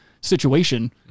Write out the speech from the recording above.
situation